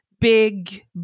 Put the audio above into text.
big